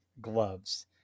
gloves